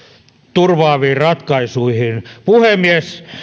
turvaaviin ratkaisuihin puhemies